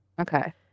Okay